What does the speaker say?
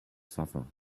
suffer